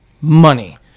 money